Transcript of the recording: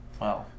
Wow